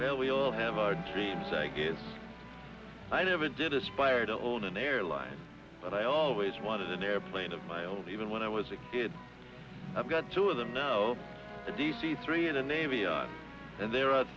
well we all have our dreams i guess i never did aspire to hold an airline but i always wanted an airplane of my own even when i was a kid i've got two of them now a d c three in the navy on and there are